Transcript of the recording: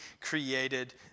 created